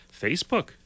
Facebook